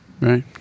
Right